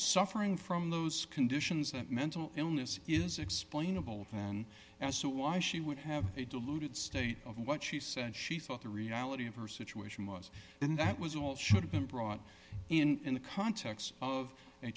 suffering from those conditions that mental illness is explainable and as to why she would have a deluded state of what she said she thought the reality of her situation was and that was all should've been brought in in the context of a